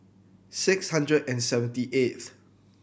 six hundred and seventy eighth